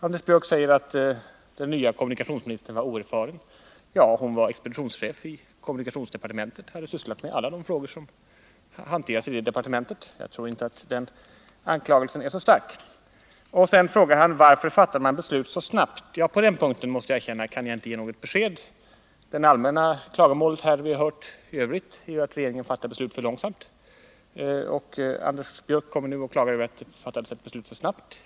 Anders Björck säger att den nya kommunikationsministern var oerfaren. Hon hade varit expeditionschef i kommunikationsdepartementet och hade sysslat med alla de frågor som hanteras i det departementet. Sedan frågar han: Varför fattade regeringen beslutet så snabbt? På den punkten måste jag erkänna att jag inte kan ge något besked. Den allmänna klagolåt som vi i övrigt har hört här är ju att regeringen fattar beslut alltför långsamt. Anders Björck kommer nu och klagar över att beslutet fattades för snabbt.